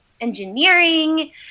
engineering